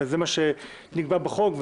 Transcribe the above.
וזה מה שנקבע בחוק,